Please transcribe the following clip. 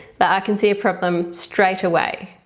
but i can see a problem straight away.